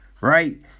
Right